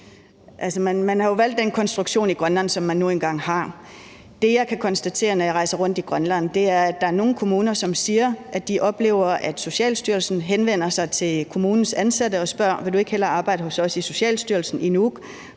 man har jo valgt den konstruktion i Grønland, som man nu engang har. Det, jeg kan konstatere, når jeg rejser rundt i Grønland, er, at der er nogle kommuner, som siger, at de oplever, at Socialstyrelsen henvender sig til kommunens ansatte og spørger: Vil du ikke hellere arbejde hos os i Socialstyrelsen i Nuuk,